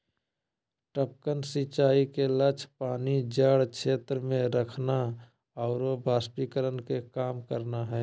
टपकन सिंचाई के लक्ष्य पानी जड़ क्षेत्र में रखना आरो वाष्पीकरण के कम करना हइ